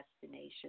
destination